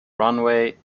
runway